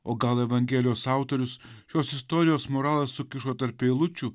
o gal evangelijos autorius šios istorijos moralas sukiša tarp eilučių